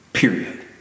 Period